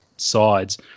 sides